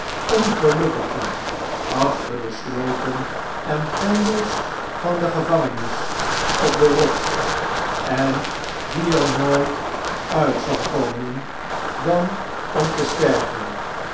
gelukkige achter de sloten en grendels van de gevangenis op de rots en die er nooit uit zal komen dan om te sterven